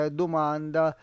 domanda